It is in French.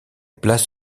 place